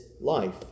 life